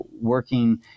working